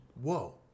whoa